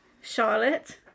Charlotte